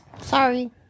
Sorry